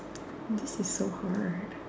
this is so hard